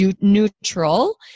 neutral